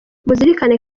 muzirikane